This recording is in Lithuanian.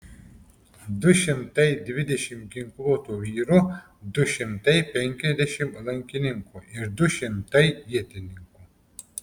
du šimtai dvidešimt ginkluotų vyrų du šimtai penkiasdešimt lankininkų ir du šimtai ietininkų